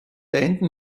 enden